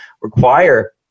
require